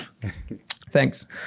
thanks